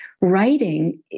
writing